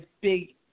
big